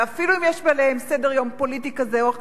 ואפילו אם יש להם סדר-יום פוליטי כזה או אחר,